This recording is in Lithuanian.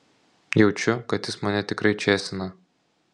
jaučiu kad jis mane tikrai čėsina